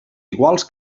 iguals